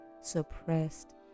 suppressed